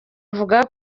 avuga